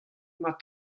mat